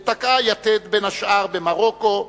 ותקעה יתד בין השאר במרוקו,